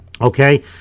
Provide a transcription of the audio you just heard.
okay